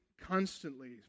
constantly